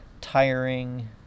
tiring